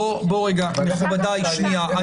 מכובדיי, שנייה.